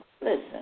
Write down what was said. Listen